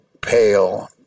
Pale